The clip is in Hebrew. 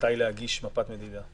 מתי להגיש מפת מדידה.